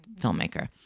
filmmaker